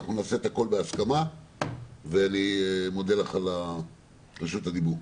נעשה הכול בהסכמה ואני מודה לך על רשות הדיבור.